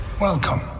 Welcome